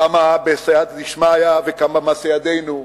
כמה בסייעתא דשמיא וכמה מעשה ידינו.